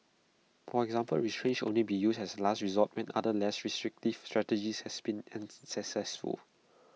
for example restraints should only be used as A last resort when other less restrictive strategies has been unsuccessful